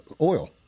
oil